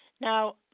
Now